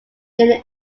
near